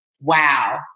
wow